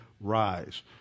rise